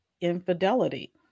infidelity